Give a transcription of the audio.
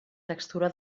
textura